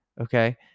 Okay